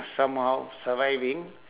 somehow surviving